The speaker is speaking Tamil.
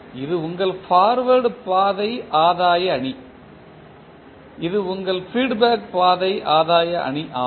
இது உங்கள் பார்வேர்ட் பாதை ஆதாய அணி இது உங்கள் ஃபீட்பேக் பாதை ஆதாய அணி ஆகும்